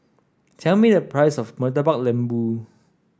tell me the price of Murtabak Lembu